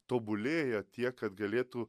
tobulėja tiek kad galėtų